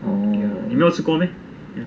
你没有吃过 meh